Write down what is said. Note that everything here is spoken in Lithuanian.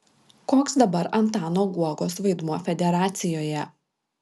koks dabar antano guogos vaidmuo federacijoje